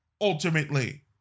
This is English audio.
ultimately